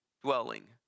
dwelling